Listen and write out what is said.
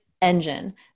engine